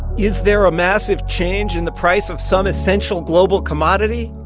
is there a massive change in the price of some essential global commodity?